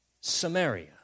Samaria